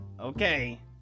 okay